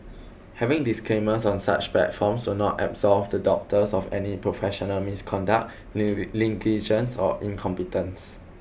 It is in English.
having disclaimers on such platforms will not absolve the doctors of any professional misconduct or incompetence